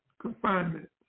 confinement